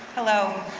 hello,